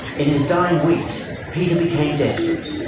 in his dying weeks, peter became desperate.